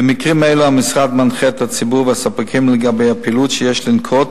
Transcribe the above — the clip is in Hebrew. במקרים אלה המשרד מנחה את הציבור והספקים לגבי הפעילות שיש לנקוט,